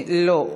לא.